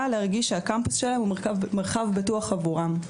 להרגיש שהקמפוס שלהם הוא מרחב בטוח עבורם.